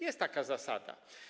Jest taka zasada.